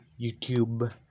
youtube